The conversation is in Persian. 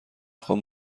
خوام